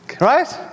right